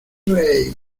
rey